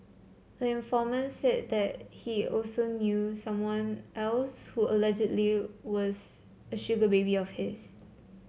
the informant said he also knew someone else who allegedly was a sugar baby of his